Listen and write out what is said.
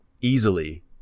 easily